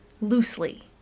loosely